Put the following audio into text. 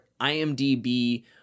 IMDb